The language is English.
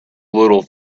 little